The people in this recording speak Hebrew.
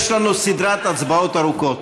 יש לנו סדרת הצבעות ארוכה.